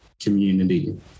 community